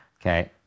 okay